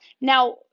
Now